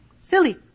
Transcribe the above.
silly